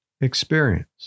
experience